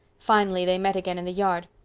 finally they met again in the yard.